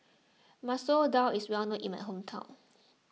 Masoor Dal is well known in my hometown